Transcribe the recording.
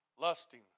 lusting